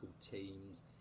teams